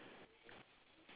okay that's the difference